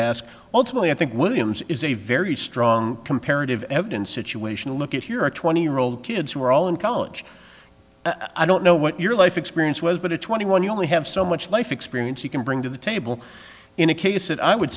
be i think williams is a very strong comparative evidence situation to look at here a twenty year old kids who were all in college i don't know what your life experience was but a twenty one you only have so much life experience you can bring to the table in a case that i would